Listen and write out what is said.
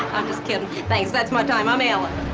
i'm just kiddin'. thanks. that's my time. i'm ellen.